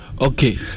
okay